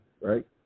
right